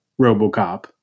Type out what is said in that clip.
RoboCop